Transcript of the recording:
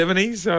70s